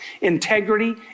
Integrity